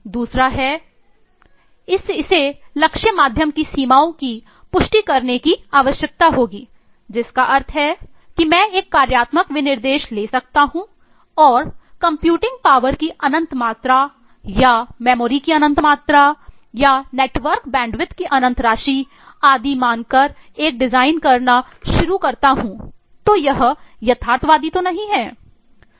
दूसरा है इसे लक्ष्य माध्यम की सीमाओं की पुष्टि करने की आवश्यकता होगी जिसका अर्थ है कि मैं एक कार्यात्मक विनिर्देश ले सकता हूं और कंप्यूटिंग पावर की अनंत राशि आदि मानकर एक डिज़ाइन करना शुरू करता हूं तो यह यथार्थवादी नहीं है